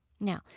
Now